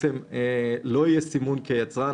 שם לא יהיה סימון כיצרן,